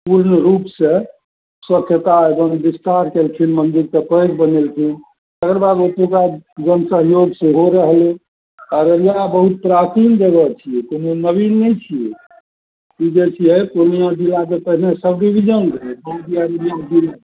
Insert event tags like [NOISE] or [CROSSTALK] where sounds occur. पूर्ण रूपसे स्वच्छता एवम विस्तार कएलखिन मन्दिरके पैघ बनेलखिन तकर बाद ओतौका जनसहयोग सेहो रहलै अररिया बहुत प्राचीन जगह छिए कोनो नवीन नहि छिए ई जे छिए पूर्णिया जिलाके पहिने सबडिविजन रहै [UNINTELLIGIBLE]